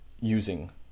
using